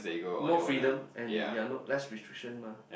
more freedom and we are not less restriction mah